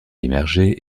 émergé